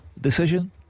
decision